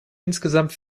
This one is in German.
insgesamt